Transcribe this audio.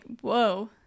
whoa